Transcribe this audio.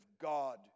God